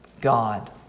God